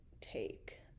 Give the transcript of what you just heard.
take